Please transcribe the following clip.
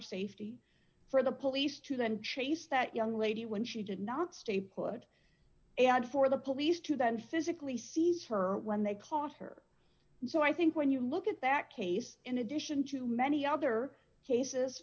safety for the police to then chase that young lady when she did not stay put and for the police to then physically seize her when they caught her so i think when you look at that case in addition to many other cases